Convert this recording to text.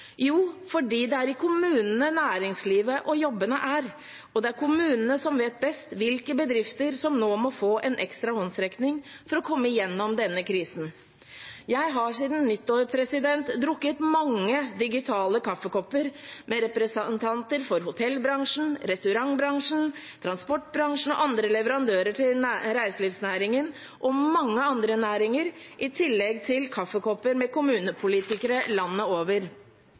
Jo, fordi det er i kommunene næringslivet og jobbene er, og det er kommunene som vet best hvilke bedrifter som nå må få en ekstra håndsrekning for å komme gjennom denne krisen. Jeg har siden nyttår drukket mange digitale kaffekopper med representanter for hotellbransjen, restaurantbransjen, transportbransjen og andre leverandører til reiselivsnæringen og mange andre næringer, i tillegg til kaffekopper med kommunepolitikere landet over.